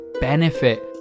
benefit